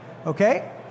Okay